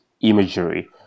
imagery